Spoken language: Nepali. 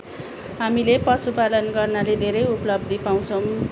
हामीले पशुपालन गर्नाले धेरै उपलब्धि पाउँछौँ